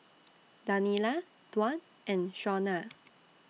Daniella Dwan and Shawna